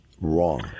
wrong